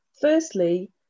Firstly